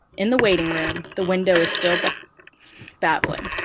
in the waiting room, the widow is still but babbling,